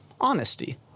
honesty